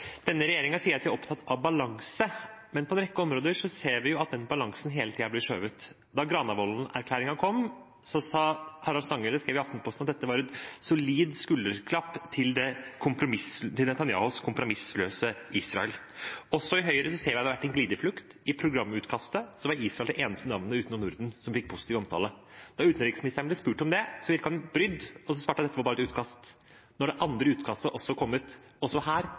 Denne regjeringen sier at de er opptatt av balanse, men på en rekke områder ser vi jo at balansen hele tiden blir skjøvet på. Da Granavolden-erklæringen kom, skrev Harald Stanghelle i Aftenposten at dette var «et solid skulderklapp til Benjamin Netanyahus kompromissløse Israel». Også i Høyre ser vi at det har vært en glideflukt. I programutkastet var Israel det eneste landet utenom Norden som fikk positiv omtale. Da utenriksministeren ble spurt om det, virket hun brydd og svarte at dette var bare et utkast. Nå har det andre utkastet også kommet, og også her